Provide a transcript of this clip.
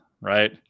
right